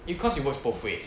because it was both ways